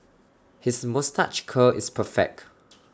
his moustache curl is perfect